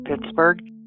Pittsburgh